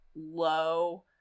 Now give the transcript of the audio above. low